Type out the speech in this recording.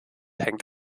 hängt